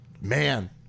man